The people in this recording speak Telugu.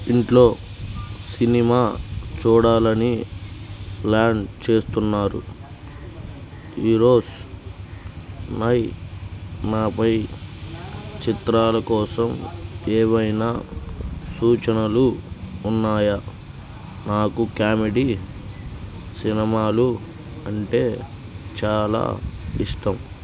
ఇంట్లో సినిమా చూడాలని ప్లాన్ చేస్తున్నారు ఈరోస్ నై నాపై చిత్రాల కోసం ఏవైనా సూచనలు ఉన్నాయా నాకు క్యామెడీ సినిమాలు అంటే చాలా ఇష్టం